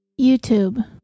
YouTube